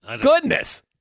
Goodness